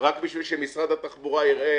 רק בשביל שמשרד התחבורה יראה